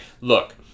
look